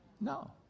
No